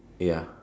ya